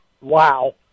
Wow